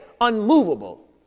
unmovable